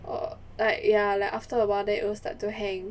or like ya like after awhile then it will start to hang